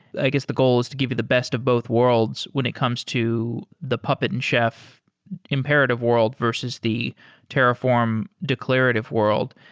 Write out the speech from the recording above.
i guess the goal is to give you the best of both worlds when it comes to the puppet and chef imperative world versus the terraform declarative world.